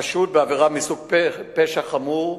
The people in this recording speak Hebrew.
חשוד בעבירה מסוג פשע חמור,